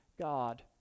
God